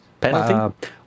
Penalty